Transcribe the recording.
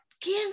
Give